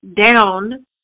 down